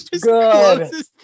good